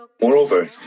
Moreover